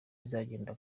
bizagenda